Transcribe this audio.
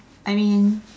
I mean